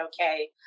okay